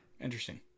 Interesting